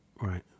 Right